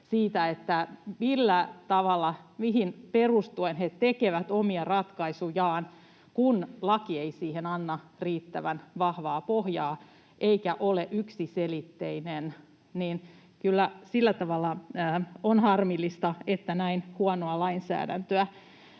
tavalla ja mihin perustuen he tekevät omia ratkaisujaan, kun laki ei siihen anna riittävän vahvaa pohjaa eikä ole yksiselitteinen. Kyllä sillä tavalla on harmillista, että näin huonoa lainsäädäntöä